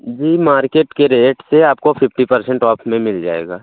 जी market के rate से आपको फिफ्टी परसेन्ट ऑफ में मिल जाएगा